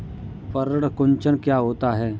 पर्ण कुंचन क्या होता है?